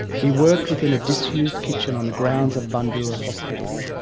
he worked within a disused kitchen on the grounds of bundoora hospital.